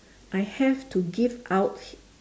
I have to give out